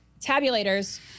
tabulators